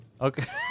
Okay